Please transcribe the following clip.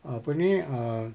apa ni err